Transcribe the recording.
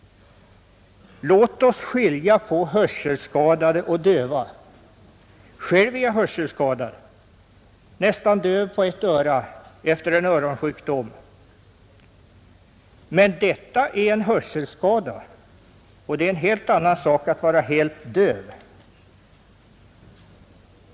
Låt oss skilja på hörselskadade och döva. Själv är jag hörselskadad, nästan döv på ett öra efter en öronsjukdom, men det är en helt annan sak att vara fullständigt döv.